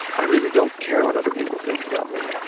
i really don't care what other people think about me.